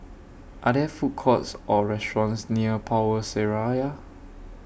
Are There Food Courts Or restaurants near Power Seraya